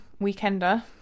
Weekender